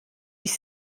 ich